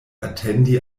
atendi